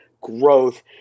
growth